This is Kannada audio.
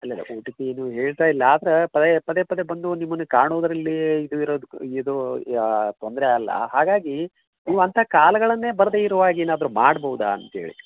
ಇಲ್ಲ ಇಲ್ಲ ಒ ಟಿ ಪಿ ಏನು ಹೇಳ್ತಾಯಿಲ್ಲ ಆದರೆ ಪದೇ ಪದೇ ಪದೇ ಬಂದು ನಿಮ್ಮುನ್ನೆ ಕಾಣುದರಿಲ್ಲೀ ಇದು ಇರೋದ್ಕ ಇದು ತೊಂದರೆ ಅಲ್ಲ ಹಾಗಾಗಿ ನೀವು ಅಂಥಾ ಕಾಲ್ಗಳನ್ನೆ ಬರದೇ ಇರೋ ಹಾಗೆ ಏನಾದರು ಮಾಡ್ಬೋದಾ ಅಂತೇಳಿ